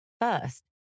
First